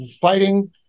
Fighting